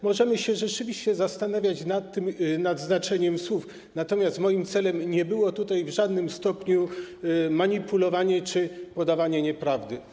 Możemy się rzeczywiście zastanawiać nad znaczeniem słów, natomiast moim celem nie było w żadnym stopniu manipulowanie czy podawanie nieprawdy.